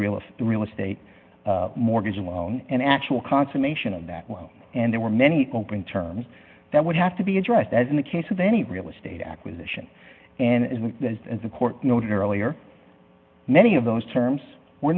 of real estate mortgage loan and actual consummation of that one and there were many open terms that would have to be addressed as in the case of any real estate acquisition and as the court noted earlier many of those terms were